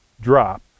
drop